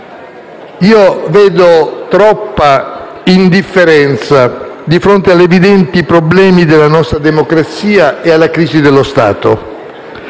vedo troppa indifferenza di fronte agli evidenti problemi della nostra democrazia e alla crisi dello Stato.